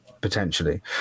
potentially